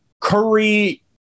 curry